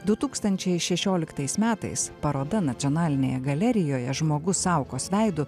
du tūkstančiai šešioliktais metais paroda nacionalinėje galerijoje žmogus saukos veidu